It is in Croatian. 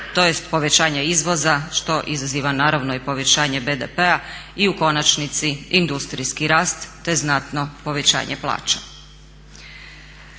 tj. povećanja izvoza što izaziva naravno i povećanje BDP-a i u konačnici industrijski rast te znatno povećanje plaća.